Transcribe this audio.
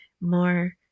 More